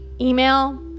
email